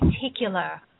particular